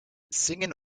singen